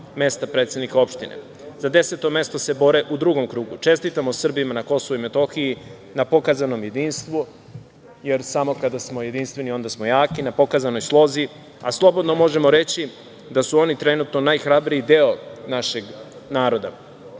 mesta predsednika opštine. Za deseto mesto se bore u drugom krugu. Čestitamo Srbima na KiM na pokazanom jedinstvu, jer samo kada smo jedinstveni onda smo jaki, na pokazanoj slozi, a slobodno možemo reći da su oni trenutno najhrabriji deo našeg naroda. Ovaj